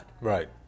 Right